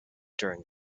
during